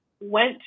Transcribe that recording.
went